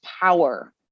power